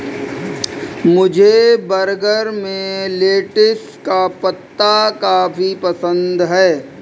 मुझे बर्गर में लेटिस का पत्ता काफी पसंद है